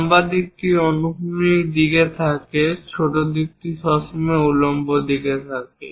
লম্বা দিকটি অনুভূমিক দিকে থাকে ছোট দিকটি সবসময় উল্লম্ব দিকে থাকে